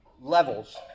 levels